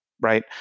right